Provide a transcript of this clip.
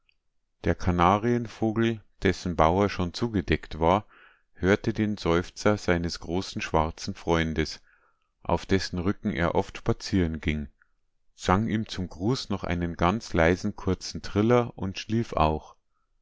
der kanarienvogel dessen bauer schon zugedeckt war hörte den seufzer seines großen schwarzen freundes auf dessen rücken er oft spazieren ging sang ihm zum gruß noch einen ganz leisen kurzen triller und schlief auch